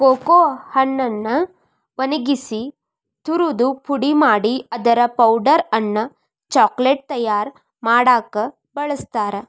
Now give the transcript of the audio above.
cocoa ಹಣ್ಣನ್ನ ಒಣಗಿಸಿ ತುರದು ಪುಡಿ ಮಾಡಿ ಅದರ ಪೌಡರ್ ಅನ್ನ ಚಾಕೊಲೇಟ್ ತಯಾರ್ ಮಾಡಾಕ ಬಳಸ್ತಾರ